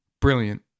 Brilliant